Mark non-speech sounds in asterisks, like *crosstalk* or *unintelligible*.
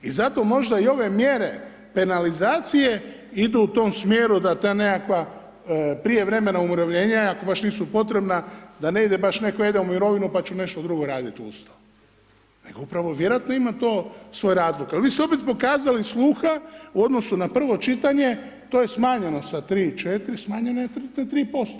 I zato možda i ove mjere penalizacije idu u tom smjeru da ta nekakva prijevremena umirovljenja ako baš nisu potrebna, da ne ide baš ... *unintelligible* u mirovinu pa ću nešto drugo raditi uz to, vjerojatno ima to svoje razloge ali vi ste opet pokazali sluha u odnosu na prvo čitanje, to je smanjeno sa 3,4, smanjeno je na 3%